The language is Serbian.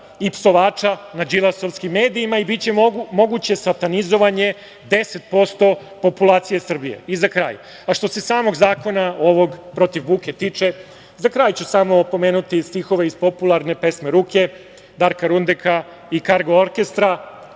i psovača na Đilasovskim medijima i biće moguće satanizovanje 10% populacije Srbije.Za kraj, što se samog zakona protiv buke tiče, pomenuću samo stihove iz popularne pesme „Ruke“ Darka Rundeka i Kargo orkestra: